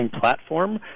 platform